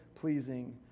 pleasing